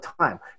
time